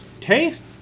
taste